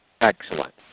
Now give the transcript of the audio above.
Excellent